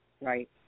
right